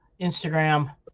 Instagram